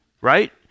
right